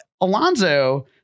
Alonso